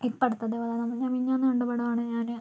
ഇപ്പോൾ അടുത്തത്ത് പറഞ്ഞാൽ ഞാൻ മിനിഞ്ഞാന്ന് കണ്ട പടമാണ് ഞാൻ